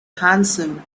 handsome